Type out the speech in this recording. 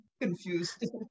Confused